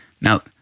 Now